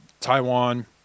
Taiwan